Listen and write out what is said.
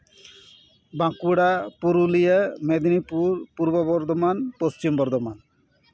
Bankura Purulia Medinipur Purba Bardhaman Paschim Bardhaman